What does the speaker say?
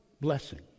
blessing